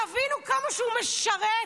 תבינו כמה שהוא משרת,